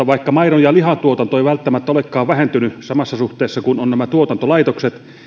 vaikka maidon ja lihantuotanto ei välttämättä olekaan vähentynyt samassa suhteessa kun on nämä tuotantolaitokset